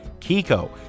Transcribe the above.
kiko